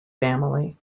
family